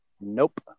Nope